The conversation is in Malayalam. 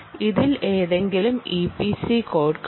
ഇതിൽ ഏതെങ്കിലും ഇപിസി കോഡ് കാണും